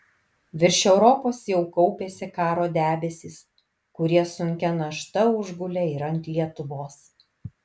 virš europos jau kaupėsi karo debesys kurie sunkia našta užgulė ir ant lietuvos